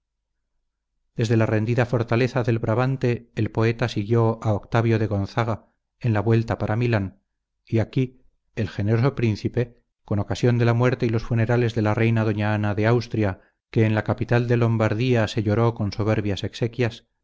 desde la rendida fortaleza del brabante el poeta siguió a octavio de gonzaga en la vuelta para milán y aquí el generoso príncipe con ocasión de la muerte y los funerales de la reina doña ana de austria que en la capital de lombardía se lloró con soberbias exequias